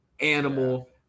animal